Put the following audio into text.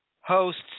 hosts